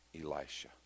Elisha